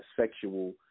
sexual